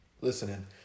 listening